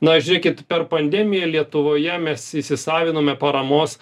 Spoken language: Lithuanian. na žiūrėkit per pandemiją lietuvoje mes įsisavinome paramos